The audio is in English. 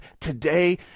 today